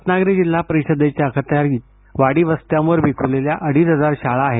रत्नागिरी जिल्हा परिषदेच्या अखत्यारीत वाडीवस्त्यांवर विखुरलेल्या अडीच हजार शाळा आहेत